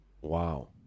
Wow